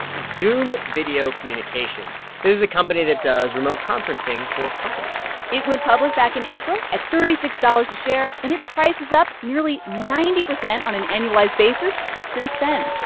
zoom video communications. this is a company that does remote conferencing for companies it went public back in april at thirty six dollars a share, and its price is up nearly ninety percent on an annualized basis since then.